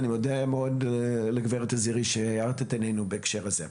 אני מודה מאוד לגברת עזירי שהאירה את עינינו בהקשר הזה.